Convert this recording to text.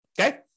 Okay